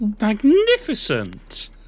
magnificent